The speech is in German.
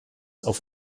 auf